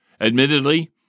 Admittedly